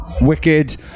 wicked